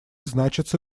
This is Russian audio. значатся